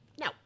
no